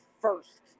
first